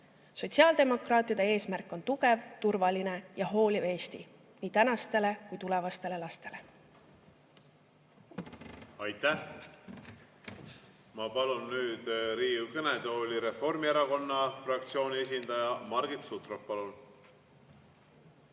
Sotsiaaldemokraatide eesmärk on tugev, turvaline ja hooliv Eesti nii tänastele kui tulevastele lastele.